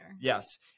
Yes